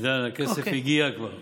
עידן, הכסף כבר הגיע.